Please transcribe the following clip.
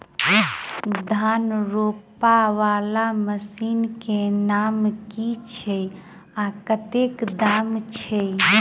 धान रोपा वला मशीन केँ नाम की छैय आ कतेक दाम छैय?